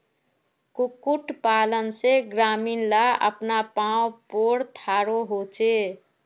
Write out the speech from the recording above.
कुक्कुट पालन से ग्रामीण ला अपना पावँ पोर थारो होचे